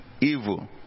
evil